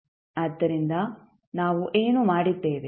ಆದ್ದರಿಂದ ನಾವು ಏನು ಮಾಡಿದ್ದೇವೆ